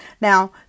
Now